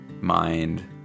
mind